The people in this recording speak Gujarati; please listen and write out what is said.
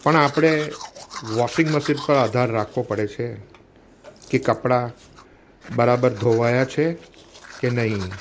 પણ આપણે વોશિંગ મશીન પર આધાર રાખવો પડે છે કે કપડા બરાબર ધોવાયા છે કે નહીં